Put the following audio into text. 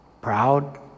Proud